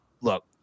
look